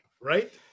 Right